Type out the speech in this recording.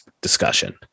discussion